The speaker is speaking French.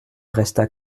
resta